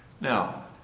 Now